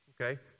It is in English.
okay